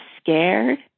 scared